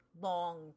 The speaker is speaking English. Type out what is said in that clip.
long